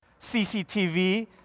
CCTV